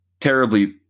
terribly